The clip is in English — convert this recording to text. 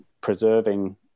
preserving